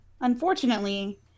unfortunately